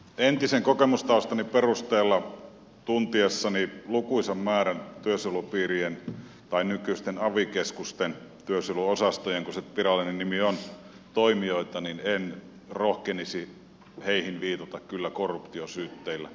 entisen kokemustaustani perusteella tuntiessani lukuisan määrän työsuojelupiirien tai nykyisten avi keskusten työsuojeluosastojen niin kuin se virallinen nimi on toimijoita en rohkenisi heihin viitata kyllä korruptiosyytteillä